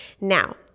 Now